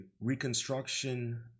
reconstruction